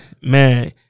Man